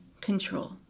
control